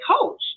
coach